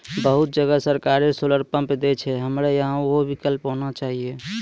बहुत जगह सरकारे सोलर पम्प देय छैय, हमरा यहाँ उहो विकल्प होना चाहिए?